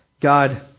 God